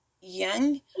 young